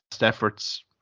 efforts